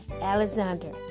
Alexander